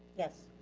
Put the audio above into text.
yes.